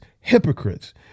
hypocrites